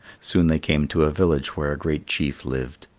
soon they came to a village where a great chief lived.